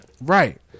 Right